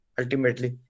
ultimately